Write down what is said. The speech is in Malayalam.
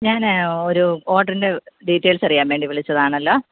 ഞാൻ ഒരു ഓർഡറിൻ്റെ ഡീറ്റെയിൽസറിയാൻ വേണ്ടി വിളിച്ചതാണല്ലോ